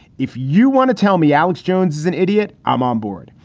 if you want to tell me alex jones is an idiot. i'm onboard.